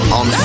on